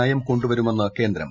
നയം കൊണ്ടുവരുമെന്ന് കേന്ദ്രം